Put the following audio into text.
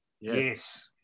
Yes